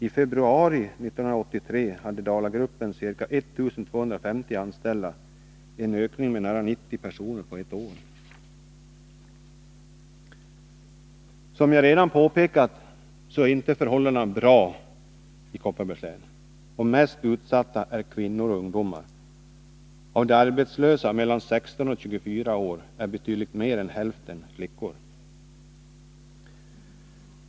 I februari 1983 hade Dalagruppen ca 1 250 anställda — en ökning med nära 90 personer på ett år. Som jag redan påpekat är inte förhållandena bra i Kopparbergs län, och mest utsatta är kvinnor och ungdomar. Av de arbetslösa mellan 16 och 24 år är betydligt mer än hälften flickor.